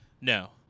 No